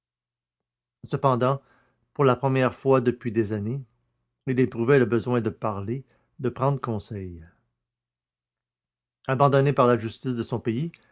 cependant pour la première fois depuis des années il éprouvait le besoin de parler de prendre conseil abandonné par la justice de son pays